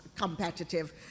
competitive